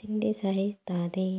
తిండి సయిత్తాది